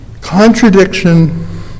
contradiction